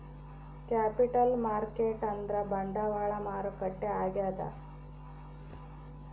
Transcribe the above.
capital market ಅಂದ್ರ ಬಂಡವಾಳ ಮಾರುಕಟ್ಟೆ ಆಗ್ಯಾದ